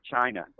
China